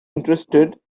interested